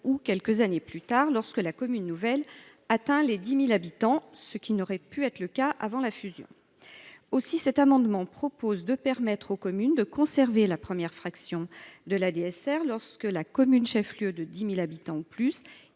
ou quelques années plus tard, lorsque la commune nouvelle atteint les 10 000 habitants, ce qui n’aurait jamais pu arriver sans la fusion. Aussi, nous proposons de permettre aux communes de conserver la première fraction lorsque la commune chef lieu de 10 000 habitants est